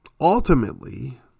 Ultimately